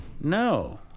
No